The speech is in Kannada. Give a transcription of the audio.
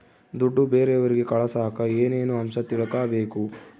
ದುಡ್ಡು ಬೇರೆಯವರಿಗೆ ಕಳಸಾಕ ಏನೇನು ಅಂಶ ತಿಳಕಬೇಕು?